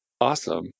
Awesome